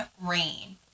rain